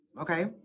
okay